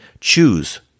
choose